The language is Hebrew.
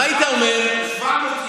איימן,